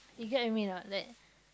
you get what I mean not like